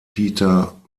peter